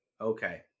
Okay